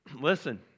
Listen